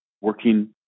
working